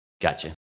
Gotcha